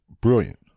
brilliant